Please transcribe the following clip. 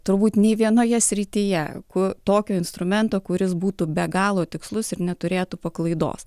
turbūt nė vienoje srityje ku tokio instrumento kuris būtų be galo tikslus ir neturėtų paklaidos